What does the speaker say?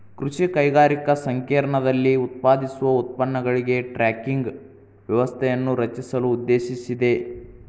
ಕೃಷಿ ಕೈಗಾರಿಕಾ ಸಂಕೇರ್ಣದಲ್ಲಿ ಉತ್ಪಾದಿಸುವ ಉತ್ಪನ್ನಗಳಿಗೆ ಟ್ರ್ಯಾಕಿಂಗ್ ವ್ಯವಸ್ಥೆಯನ್ನು ರಚಿಸಲು ಉದ್ದೇಶಿಸಿದೆ